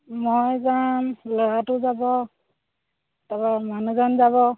মই যাম ল'ৰাটো যাব তাপা মানুহজন যাব